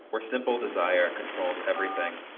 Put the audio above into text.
where simple desire controls everything.